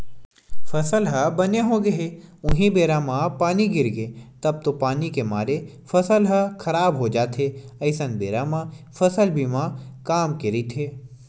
फसल ह बने होगे हे उहीं बेरा म पानी गिरगे तब तो पानी के मारे फसल ह खराब हो जाथे अइसन बेरा म फसल बीमा काम के रहिथे